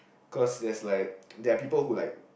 cause there's like there are people who like